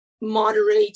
moderate